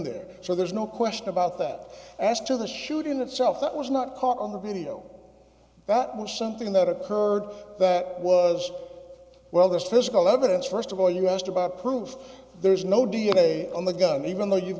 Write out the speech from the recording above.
there so there's no question about that as to the shooting itself that was not caught on the video that was something that occurred that was well there's physical evidence first of all you asked about proof there's no d n a on the gun even though you've